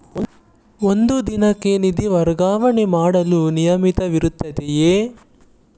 ಒಂದು ದಿನಕ್ಕೆ ನಿಧಿ ವರ್ಗಾವಣೆ ಮಾಡಲು ಮಿತಿಯಿರುತ್ತದೆಯೇ?